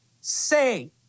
Say